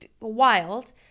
wild